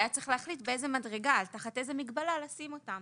באיזו מדרגה, תחת איזו מגבלה לשים אותם?